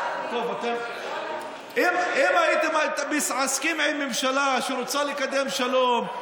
אם הייתם מתעסקים עם ממשלה שרוצה לקדם שלום,